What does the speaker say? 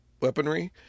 weaponry